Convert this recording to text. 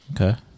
Okay